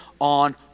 on